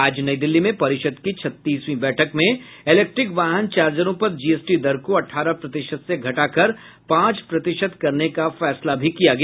आज नई दिल्ली में परिषद की छत्तीसवीं बैठक में इलेक्ट्रिक वाहन चार्जरों पर जीएसटी दर को अठारह प्रतिशत से घटाकर पांच प्रतिशत करने का फैसला भी हुआ